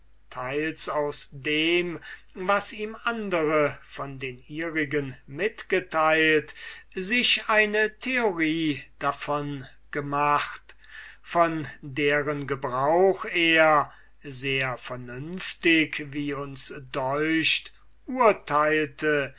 teils aus dem was ihm andere von den ihrigen mitgeteilt sich eine theorie davon gemacht von deren gebrauch er sehr vernünftig wie uns deucht urteilte